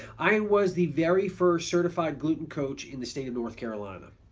i was the very first certified gluten coach in the state of north carolina.